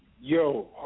Yo